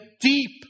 deep